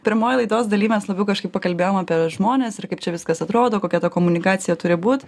pirmoji laidos dalyviams labiau kažkaip pakalbėjom apie žmones ir kaip čia viskas atrodo kokia ta komunikacija turi būt